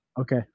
Okay